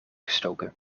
gestoken